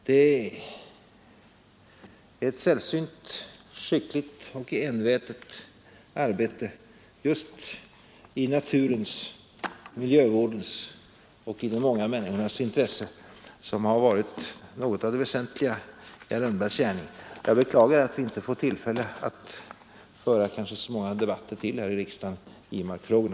Det är ett sällsynt skickligt och envetet arbete i naturens, miljövårdens och de många människornas intresse som varit något av det väsentliga i herr Lundbergs gärning. Jag beklagar att vi inte får tillfälle att föra så många fler debatter i markfrågorna här i riksdagen.